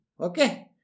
Okay